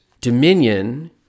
Dominion